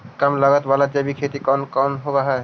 कम लागत वाला जैविक खेती कौन कौन से हईय्य?